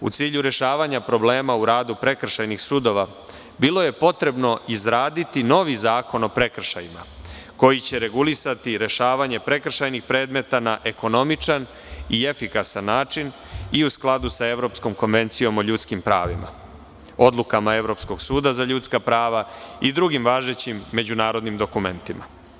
U cilju rešavanja problema u radu prekršajnih sudova bilo je potrebno izraditi novi zakon o prekršajima, koji će regulisati i rešavanje prekršajnih predmeta na ekonomičan i efikasan način i u skladu sa Evropskom konvencijom o ljudskim pravima, odlukama Evropskog suda za ljudska prava i drugim važećim međunarodnim dokumentima.